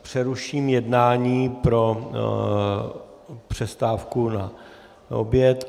Přeruším jednání pro přestávku na oběd.